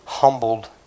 humbled